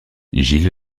gilles